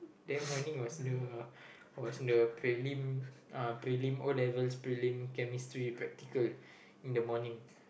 that morning was the was the prelims uh prelims O level prelim chemistry practical in the morning